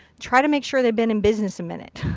try to make sure they've been in business a minute.